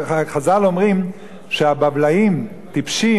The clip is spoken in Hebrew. חז"ל אומרים שהבבלים טיפשים,